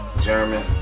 German